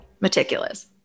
meticulous